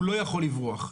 הוא לא יכול לברוח.